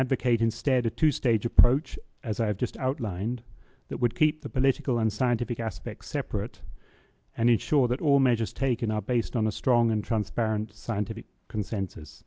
advocate instead a two stage approach as i've just outlined that would keep the political and scientific aspects separate and ensure that all measures taken are based on a strong and transparent scientific consensus